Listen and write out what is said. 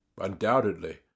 Undoubtedly